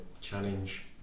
challenge